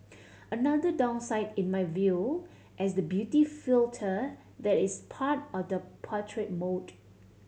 another downside in my view is the beauty filter that is part of the portrait mode